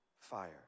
fire